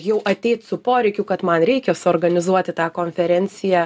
jau ateit su poreikiu kad man reikia suorganizuoti tą konferenciją